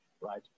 right